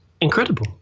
incredible